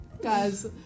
Guys